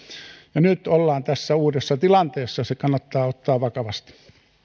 ja nyt ollaan tässä uudessa tilanteessa se kannattaa ottaa vakavasti